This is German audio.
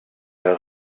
der